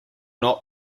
not